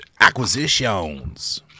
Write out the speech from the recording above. acquisitions